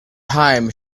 thyme